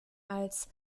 als